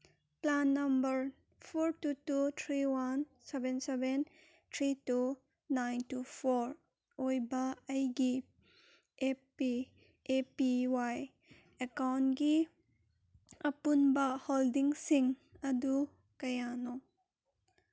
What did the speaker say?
PRAN number four two two three one seven seven three two nine two four ꯑꯣꯏꯕ ꯑꯩꯒꯤ A P Y ꯑꯦꯀꯥꯎꯟꯒꯤ ꯑꯄꯨꯟꯕ ꯍꯣꯜꯗꯤꯡꯁꯤꯡ ꯑꯗꯨ ꯀꯌꯥꯅꯣ